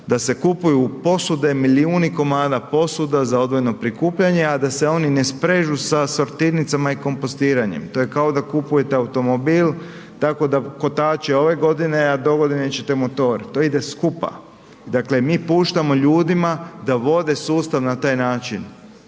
da se kupuju posude, milijuni komada posuda za odvojeno prikupljanje, a da se oni ne sprežu sa sortirnicama i kompostiranjem, to je kao da kupujete automobil tako da kotači ove godine, a dogodine ćete motor, to ide skupa, dakle mi puštamo ljudima da vode sustav na taj način